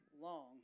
long